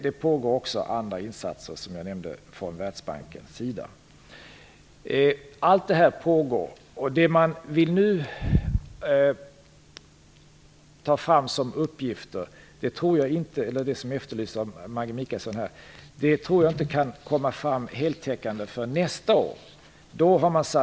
Det pågår också andra insatser från Världsbankens sida som jag nämnde. Allt detta pågår. De uppgifter som Maggi Mikaelsson efterlyste tror jag inte kan komma fram heltäckande förrän nästa år.